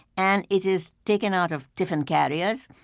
and it is taken out of tiffin carriers,